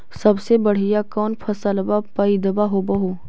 सबसे बढ़िया कौन फसलबा पइदबा होब हो?